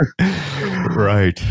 Right